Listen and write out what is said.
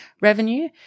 revenue